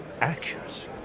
accuracy